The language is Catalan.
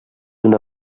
una